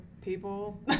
people